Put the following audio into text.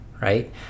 right